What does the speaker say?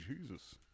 Jesus